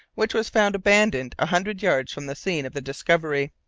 which was found abandoned a hundred yards from the scene of the discovery.